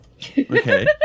Okay